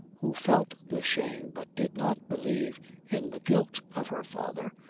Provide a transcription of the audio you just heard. who felt the shame but did not believe in the guilt of her father,